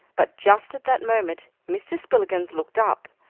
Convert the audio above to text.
but just at that moment mr. spillikins looked up,